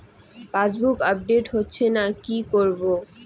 Passbook update হচ্ছেনা কি করবো?